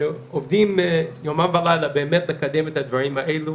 שעובדים יומם ולילה באמת לקדם את הדברים האלה,